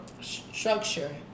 structure